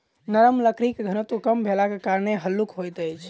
नरम लकड़ीक घनत्व कम भेलाक कारणेँ हल्लुक होइत अछि